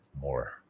more